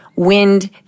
wind